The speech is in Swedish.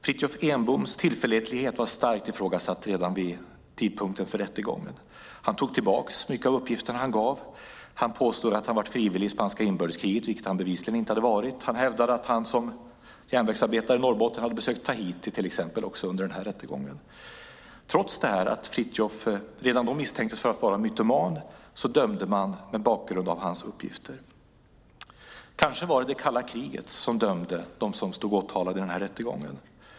Fritiof Enboms tillförlitlighet var starkt ifrågasatt redan vid tidpunkten för rättegången. Han tog tillbaka många av uppgifterna han hade lämnat. Han påstod att han hade varit frivillig i spanska inbördeskriget, vilket han bevisligen inte hade varit. Han hävdade också under rättegången att han som järnvägsarbetare i Norrbotten hade besökt Tahiti. Trots att Fritiof redan då misstänktes vara mytoman dömde man på basis av hans uppgifter. Kanske var det det kalla kriget som dömde dem som stod åtalade i rättegången.